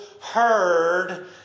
heard